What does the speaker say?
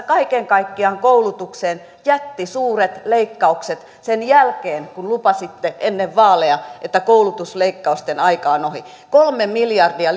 kaiken kaikkiaan koulutukseen jättisuuret leikkaukset sen jälkeen kun lupasitte ennen vaaleja että koulutusleikkausten aika on ohi kolme miljardia